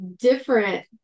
different